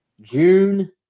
June